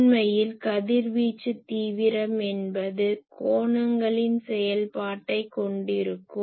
உண்மையில் கதிர்வீச்சு தீவிரம் என்பது கோணங்களின் செயல்பாட்டை கொண்டிருக்கும்